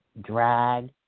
drag